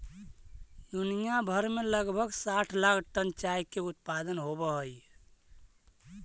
दुनिया भर में लगभग साठ लाख टन चाय के उत्पादन होब हई